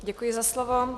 Děkuji za slovo.